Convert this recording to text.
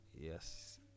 yes